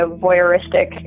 voyeuristic